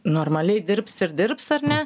normaliai dirbs ir dirbs ar ne